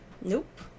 Nope